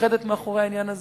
מתאחדת מאחורי העניין הזה.